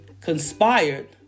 conspired